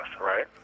right